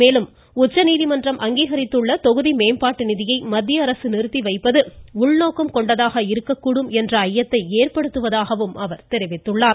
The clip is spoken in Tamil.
மேலும் உச்சநீதிமன்றம் அங்கீகரித்துள்ள தொகுதி மேம்பாட்டு நிதியை மத்திய அரசு நிறுத்தி வைப்பது உள்நோக்கம் கொண்டதாக இருக்கக்கூடும் என்ற ஐயத்தை ஏற்படுத்துவதாக அவர் தெரிவித்துள்ளார்